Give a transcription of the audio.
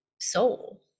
soul